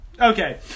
Okay